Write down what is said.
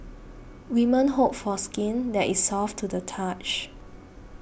women hope for skin that is soft to the touch